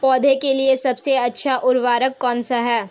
पौधों के लिए सबसे अच्छा उर्वरक कौनसा हैं?